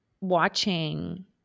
watching